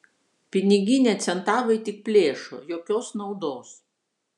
piniginę centavai tik plėšo jokios naudos